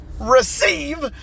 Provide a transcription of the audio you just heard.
receive